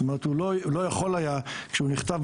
הוא לא יכול היה כשהוא נכתב,